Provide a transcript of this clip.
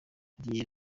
abagiye